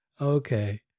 okay